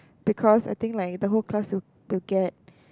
because I think like the whole class will will get